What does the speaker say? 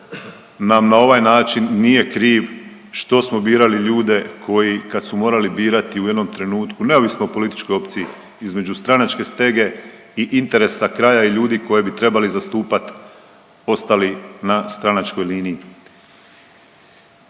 nam na ovaj način nije kriv što smo birali ljude koji kad su morali birati u jednom trenutku, neovisno o političkoj opciji, između stranačke stege i interesa kraja i ljudi koji bi trebali zastupat ostali na stranačkoj liniji.